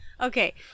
Okay